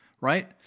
right